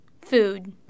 Food